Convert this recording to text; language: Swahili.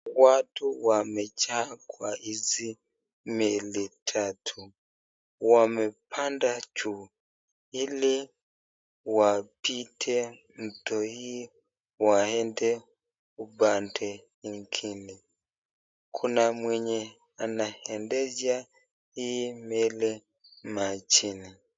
Watu wamejaa kwa hizi meli tatu. Wamepanda juu ili wapite mto hii waende upande ingine. Kuna mwenye anaendesha hii meli, mashini.